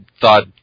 thought